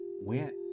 went